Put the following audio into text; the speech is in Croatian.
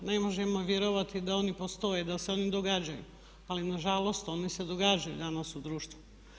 Ne možemo vjerovati da oni postoje, da se oni događaju, ali nažalost oni se događaju danas u društvu.